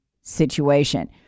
situation